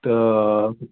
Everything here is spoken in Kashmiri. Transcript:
تہٕ